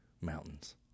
mountains